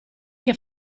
che